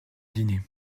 dîner